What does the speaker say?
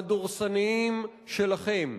הדורסניים שלכם.